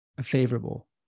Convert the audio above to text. favorable